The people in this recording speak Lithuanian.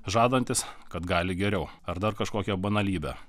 žadantis kad gali geriau ar dar kažkokią banalybę